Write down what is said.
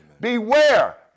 Beware